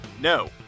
No